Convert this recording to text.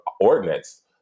ordinance